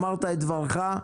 אמרת את דברך.